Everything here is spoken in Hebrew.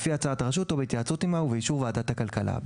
לפי הצעת הרשות או בהתייעצות עימה ובאישור ועדת הכלכלה.